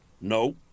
No